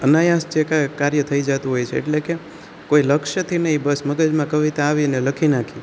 અનાયાસ જે કાર્ય થઈ જાતું હોય છે એટલે કે કોઈ લક્ષ્યથી નહીં બસ મગજમાં કવિતા આવીને લખી નાખી